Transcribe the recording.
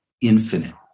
infinite